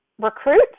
recruit